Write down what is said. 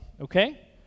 okay